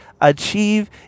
achieve